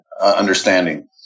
understanding